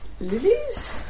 lilies